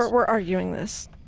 we're arguing this,